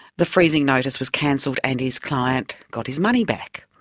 the freezing notice was cancelled and his client got his money back.